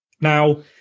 Now